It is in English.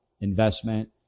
investment